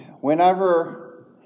Whenever